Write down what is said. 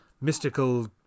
mystical